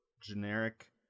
generic